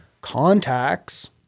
contacts